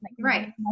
Right